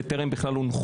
ווליד, אתה רוצה לדבר?